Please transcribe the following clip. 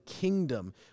kingdom